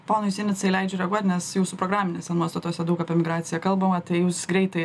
ponui sinicai leidžiu reaguot nes jūsų programinėse nuostatose daug apie migraciją kalbama tai jūs greitai